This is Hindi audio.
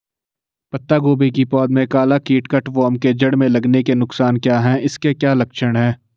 पत्ता गोभी की पौध में काला कीट कट वार्म के जड़ में लगने के नुकसान क्या हैं इसके क्या लक्षण हैं?